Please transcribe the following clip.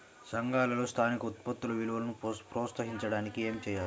సంఘాలలో స్థానిక ఉత్పత్తుల విలువను ప్రోత్సహించడానికి ఏమి చేయాలి?